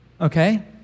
Okay